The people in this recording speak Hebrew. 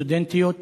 סטודנטיות.